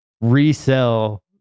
resell